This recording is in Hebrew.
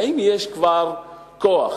האם יש כבר כוח,